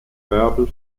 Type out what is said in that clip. bärbel